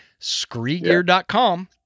Screegear.com